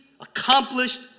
accomplished